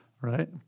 Right